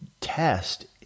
test